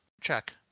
check